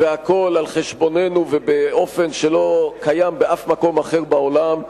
והכול על חשבוננו ובאופן שלא קיים באף מקום אחר בעולם.